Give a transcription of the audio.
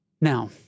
Now